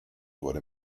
wurde